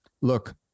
look